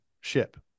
ship